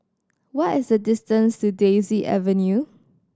what is the distance to Daisy Avenue